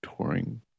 touring